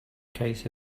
case